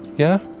yeah,